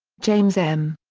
james m.